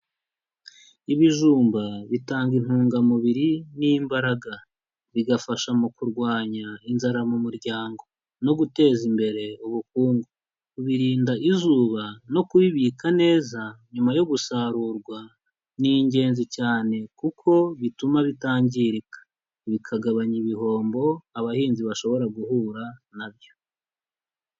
Ibijumba bitanga intungamubiri n'imbaraga, bigafasha mu kurwanya inzara mu muryango, no guteza imbere ubukungu, kubirinda izuba no kubibika neza nyuma yo gusarurwa, ni ingenzi cyane kuko bituma bitangirika, bikagabanya ibihombo abahinzi bashobora guhura nabyo.